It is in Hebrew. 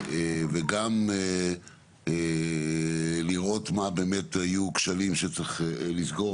וגם לראות מה באמת היו הכשלים שצריך לסגור